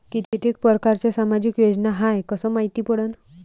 कितीक परकारच्या सामाजिक योजना हाय कस मायती पडन?